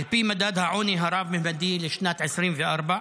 על פי מדד העוני הרב-ממדי לשנת 2024,